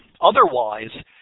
Otherwise